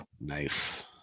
Nice